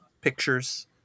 pictures